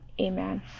Amen